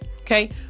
Okay